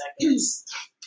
seconds